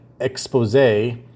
expose